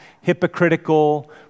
hypocritical